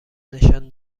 نشان